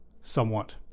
Somewhat